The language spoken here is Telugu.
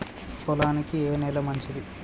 పొలానికి ఏ నేల మంచిది?